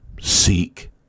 seek